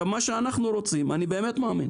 מה שאנחנו רוצים, אני באמת מאמין